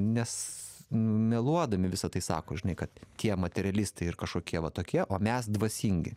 nes meluodami visą tai sako žinai kad tie materialistai ir kažkokie va tokie o mes dvasingi